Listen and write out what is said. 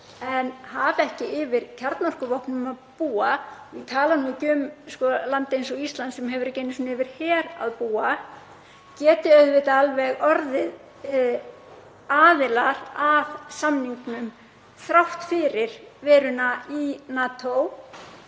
en hafa ekki yfir kjarnorkuvopnum að búa, ég tala nú ekki um land eins og Ísland sem hefur ekki einu sinni yfir her að búa, geti alveg orðið aðilar að samningnum þrátt fyrir veruna í NATO.